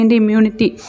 immunity